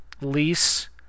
lease